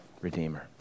Redeemer